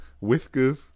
Whiskers